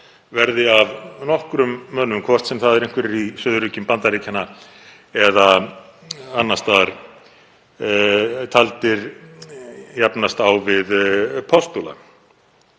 verði af nokkrum mönnum, hvort sem það eru einhverjir í suðurríkjum Bandaríkjanna eða annars staðar, taldir jafnast á við postula,